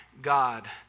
God